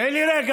תן לי רגע.